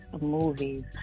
movies